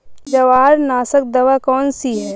जवार नाशक दवा कौन सी है?